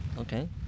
Okay